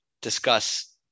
discuss